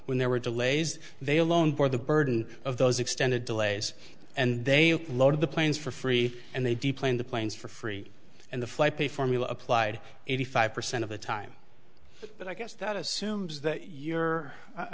when there were delays they alone bore the burden of those extended delays and they loaded the planes for free and they deplaned the planes for free and the flight pay formula applied eighty five percent of the time but i guess that assumes that you're i